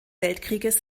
weltkrieges